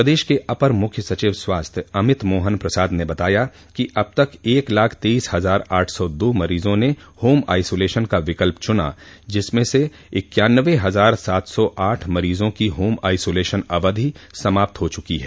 प्रदेश के अपर मुख्य सचिव स्वास्थ्य अमित मोहन प्रसाद ने बताया कि अब तक एक लाख तेइस हजार आठ सौ दो मरीजों ने होम आइसोलेशन का विकल्प चुना जिनमें से इक्यान्नबे हजार सात सौ आठ मरीजों की होम आइसोलेशन अवधि समाप्त हो चुकी है